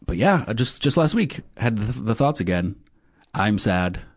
but yeah, just, just last week, had the thoughts again i'm sad.